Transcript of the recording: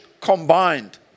combined